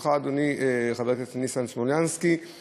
בראשותך אדוני חבר הכנסת ניסן סלומינסקי,